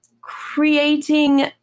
creating